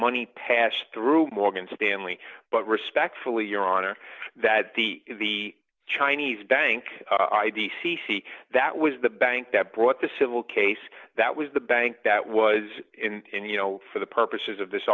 money passed through morgan stanley but respectfully your honor that the the chinese bank i d c c that was the bank that brought the civil case that was the bank that was in you know for the purposes of this